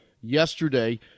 yesterday